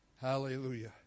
Hallelujah